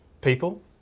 people